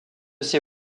ses